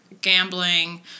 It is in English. gambling